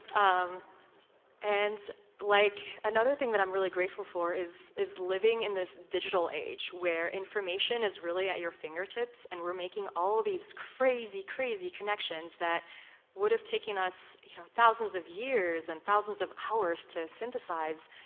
um and like another thing that i'm really grateful for is is living in this digital age where information is really at your fingertips and we're making all these crazy, crazy connections that would have taken us you know thousands of years and thousands of hours to synthesize.